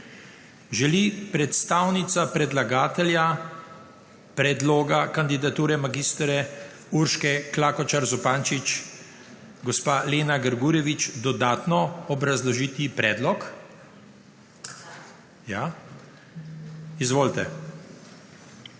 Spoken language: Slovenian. Želi predstavnica predlagatelja predloga kandidature mag. Urške Klakočar Zupančič gospa Lena Grgurevič dodatno obrazložiti predlog? (Da.) Izvolite.